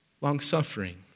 Long-suffering